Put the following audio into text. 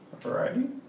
Alrighty